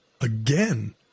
again